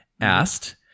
asked